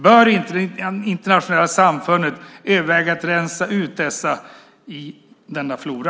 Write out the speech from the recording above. Bör inte det internationella samfundet överväga att rensa ut dessa ur denna flora?